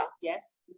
Yes